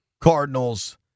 Cardinals